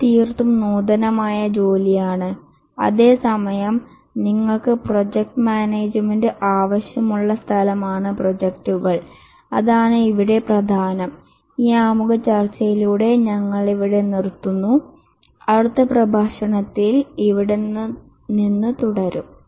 ഇവ തീർത്തും നൂതനമായ ജോലിയാണ് അതേസമയം നിങ്ങൾക്ക് പ്രൊജക്റ്റ് മാനേജ്മെൻറ് ആവശ്യമുള്ള സ്ഥലമാണ് പ്രോജക്റ്റുകൾ അതാണ് ഇവിടെ പ്രധാനം ഈ ആമുഖ ചർച്ചയിലൂടെ ഞങ്ങൾ ഇവിടെ നിർത്തുന്നു അടുത്ത പ്രഭാഷണത്തിൽ ഇവിടെ നിന്ന് തുടരും